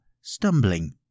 stumbling